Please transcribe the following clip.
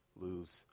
lose